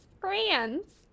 Friends